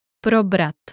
Probrat